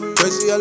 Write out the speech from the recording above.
Crazy